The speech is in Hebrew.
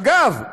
אגב,